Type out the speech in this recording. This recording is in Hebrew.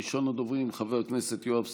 ראשון הדוברים, חבר הכנסת יואב סגלוביץ',